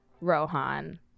Rohan